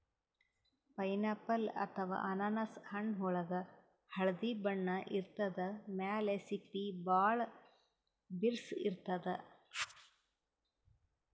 pineapple ಅಥವಾ ಅನಾನಸ್ ಹಣ್ಣ್ ಒಳ್ಗ್ ಹಳ್ದಿ ಬಣ್ಣ ಇರ್ತದ್ ಮ್ಯಾಲ್ ಸಿಪ್ಪಿ ಭಾಳ್ ಬಿರ್ಸ್ ಇರ್ತದ್